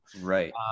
Right